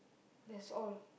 that's all